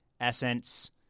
Essence